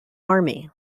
army